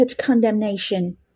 condemnation